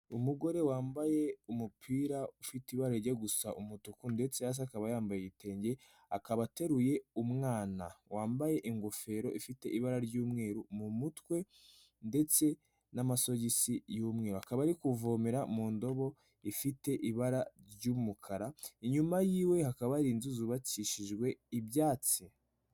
Umugore wambaye umupira ufite ibara rijya gusa umutuku ndetse se hasi akaba yambaye igitenge, akaba ateruye umwana wambaye ingofero ifite ibara ry'umweru, mu mutwe ndetse n'amasogisi yumye, akaba ari kuvomera mu ndobo ifite ibara ry'umukara inyuma y'iwe hakaba hari inzu zubakishijwe ibyatsi.